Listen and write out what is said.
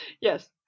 yes